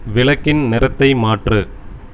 விளக்கின் நிறத்தை மாற்று